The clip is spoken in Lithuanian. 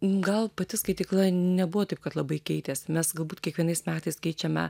gal pati skaitykla nebuvo taip kad labai keitėsi mes galbūt kiekvienais metais keičiame